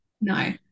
no